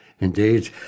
Indeed